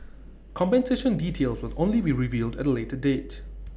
compensation details will only be revealed at later date